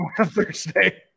Thursday